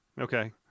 Okay